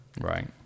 Right